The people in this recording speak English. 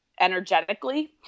energetically